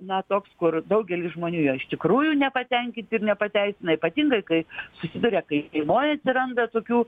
na toks kur daugelis žmonių juo iš tikrųjų nepatenkinti ir nepateisina ypatingai kai susiduria kai šeimoj atsiranda tokių